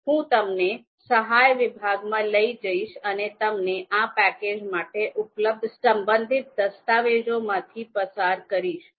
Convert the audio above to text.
હું તમને સહાય વિભાગમાં લઈ જઈશ અને તમને આ પેકેજ માટે ઉપલબ્ધ સંબંધિત દસ્તાવેજોમાંથી પસાર કરીશ